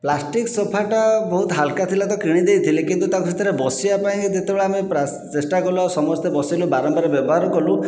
plastic ସୋଫାଟା ବହୁତ ହାଲକା ଥିଲା ତ କିଣିଦେଇଥିଲି କିନ୍ତୁ ତାକୁ ସେଥିରେ ବସିବାପାଇଁ ଯେତେବେଳେ ଆମେ ଚେଷ୍ଟା କଲୁ ଆଉ ସମସ୍ତେ ବସିଲୁ ବାରମ୍ବାର ବ୍ୟବହାର କଲୁ